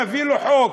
נביא לו חוק,